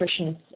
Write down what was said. nutritionists